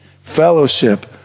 fellowship